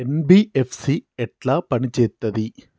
NBFC ఎట్ల పని చేత్తది?